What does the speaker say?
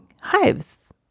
hives